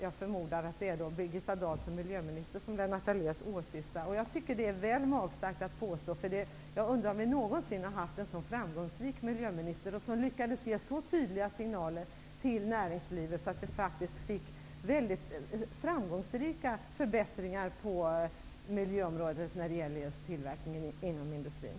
Jag förmodar att Lennart Daléus åsyftar Birgitta Dahl som miljöminister. Jag tycker att det är väl magstarkt att påstå. Jag undrar nämligen om vi någonsin har haft en så framgångsrik miljöminister som lyckades ge så tydliga signaler till näringslivet att vi faktiskt fick mycket stora förbättringar på miljöområdet när det gäller just tillverkningen inom industrin.